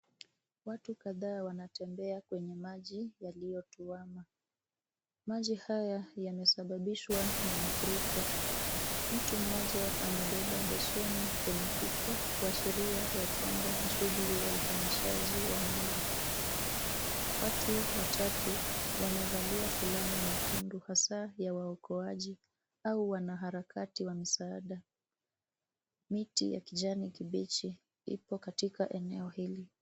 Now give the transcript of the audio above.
Watu kadhaa wanatembea kwenye maji yaliyotuama. Maji haya yamesababishwa na mafuriko. Mtu mmoja amebeba besheni kwenye kichwa kuashiria ya kwamba ni shughuli ya uhamishaji wa mali. Watu watatu wamevalia fulana nyekundu hasa ya waokoaji au wanaharakati wa msaada. Miti ya kijani kibichi ipo katika eneo hili.